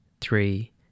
three